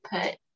put